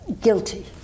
guilty